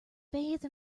bathe